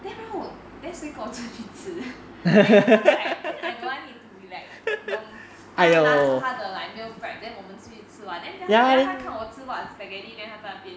then how then 谁跟我出去吃 sometimes like think I don't want him to be like you know 他拿住他的 like milk bread then 我们出去吃吗 then 他看我吃 what spaghetti then 他在那边吃 milk bread